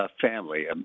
family